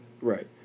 Right